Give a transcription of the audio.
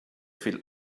viel